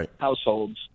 households